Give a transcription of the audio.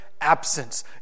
absence